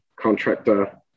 contractor